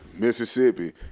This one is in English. Mississippi